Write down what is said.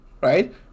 right